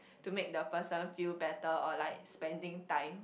to make the person feel better or like spending time